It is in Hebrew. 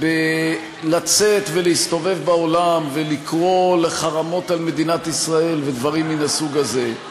לצאת להסתובב בעולם ולקרוא לחרמות על מדינת ישראל ודברים מהסוג הזה,